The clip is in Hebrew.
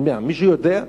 מישהו יודע?